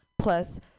Plus